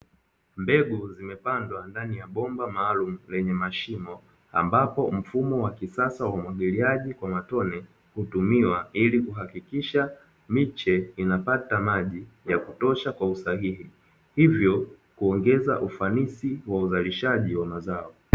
Mbegu zimepandwa ndani ya bomba maalumu lenye mashimo. Ambapo mfumo wa kisasa wa umwagiliaji kwa matone hutumiwa, ili kuhakikisha miche inapata maji ya kutosha kwa usahihi, hivyo kuongeza ufanisi wa uzalishaji wa mazao.